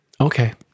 Okay